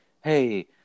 Hey